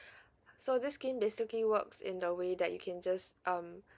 so this scheme basically works in the way that you can just um